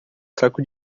saco